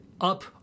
up